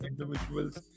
individual's